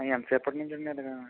ఆ ఎంత సేపటి నుంచి అండి అలాగా